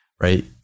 right